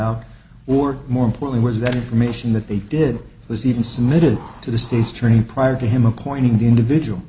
out or more important was that information that they did was even submitted to the states training prior to him appointing the individual